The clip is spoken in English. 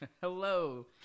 Hello